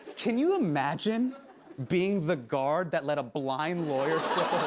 can you imagine being the guard that let a blind lawyer slip